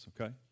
okay